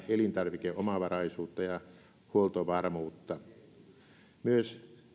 elintarvikeomavaraisuutta ja huoltovarmuutta myös